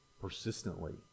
persistently